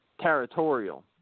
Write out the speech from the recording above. territorial